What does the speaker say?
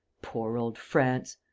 poor old france!